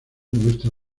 muestra